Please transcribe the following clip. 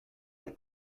les